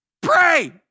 Pray